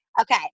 Okay